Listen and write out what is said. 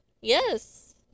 Yes